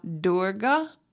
Durga